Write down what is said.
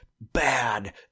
bad